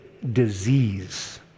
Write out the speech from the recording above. disease